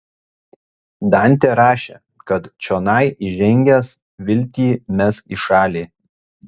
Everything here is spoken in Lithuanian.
dantė rašė kad čionai įžengęs viltį mesk į šalį